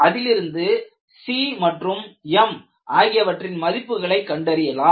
அதிலிருந்து C மற்றும் m ஆகியவற்றின் மதிப்புகளை கண்டறியலாம்